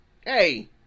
hey